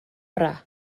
orau